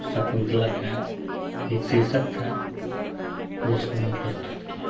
शकुन्तला का एक शीर्षक था जिसको मैं प्रस्तुत किया